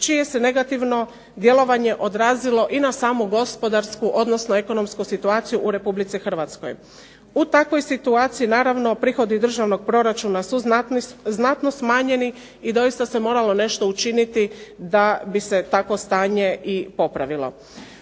čije se negativno djelovanje odrazilo i na samu gospodarsku odnosno ekonomsku situaciju u Republici Hrvatskoj. U takvoj situaciji naravno prihodi državnog proračuna su znatno smanjeni i doista se nešto moralo učiniti da bi se takvo stanje i popravilo.